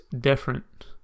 different